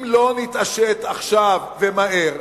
אם לא נתעשת עכשיו ומהר,